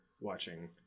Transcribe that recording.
watching